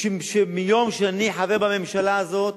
מיום שאני חבר בממשלה הזו,